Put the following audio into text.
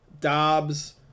Dobbs